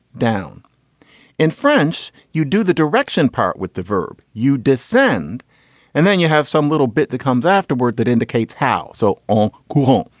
down in french. you do the direction part with the verb. you descend and then you have some little bit that comes afterward that indicates how so? all cool.